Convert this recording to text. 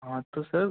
हाँ तो सर